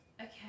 Okay